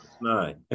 nine